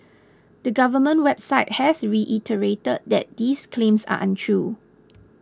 the government website has reiterated that these claims are untrue